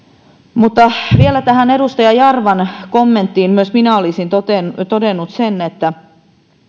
mutta vielä tähän edustaja jarvan kommenttiin myös minä olisin todennut siitä